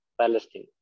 Palestine